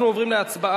אנחנו עוברים להצבעה